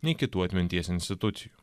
nei kitų atminties institucijų